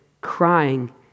Crying